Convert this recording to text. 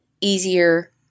easier